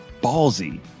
ballsy